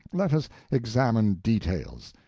let us examine details.